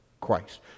Christ